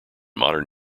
modern